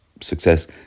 success